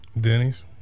Denny's